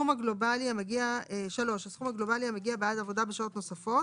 (3) הסכום הגלובלי המגיע בעד עבודה בשעות נוספות